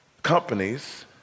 Companies